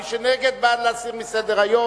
מי שנגד, הוא בעד להסיר מסדר-היום.